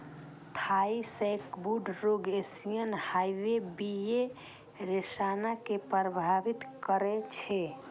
Thai sacbrood रोग Asian hive बी.ए सेराना कें प्रभावित करै छै